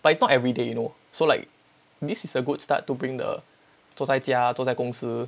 but it's not everyday you know so like this is a good start to bring the 做在家做在公司